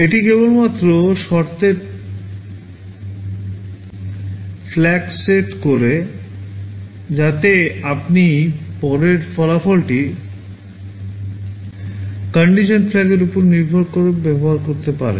এটি কেবলমাত্র শর্তের FLAG সেট করে যাতে আপনি পরে ফলাফলটি condition FLAGর উপর নির্ভর করে ব্যবহার করতে পারেন